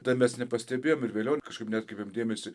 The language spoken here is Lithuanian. dar mes nepastebėjom ir vėliau kažkaip neatkreipėm dėmesio